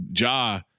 Ja